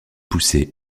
pousser